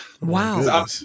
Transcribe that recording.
Wow